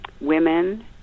women